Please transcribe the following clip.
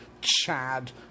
Chad